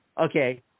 Okay